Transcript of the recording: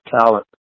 talent